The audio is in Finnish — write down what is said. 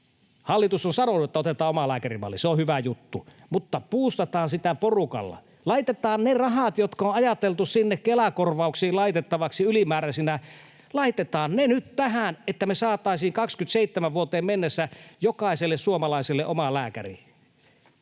Hallitus on sanonut, että otetaan omalääkärimalli. Se on hyvä juttu, mutta buustataan sitä porukalla. Laitetaan ne rahat, jotka on ajateltu sinne Kela-korvauksiin laitettavaksi ylimääräisinä, nyt tähän, että me saataisiin vuoteen 27 mennessä jokaiselle suomalaiselle oma lääkäri.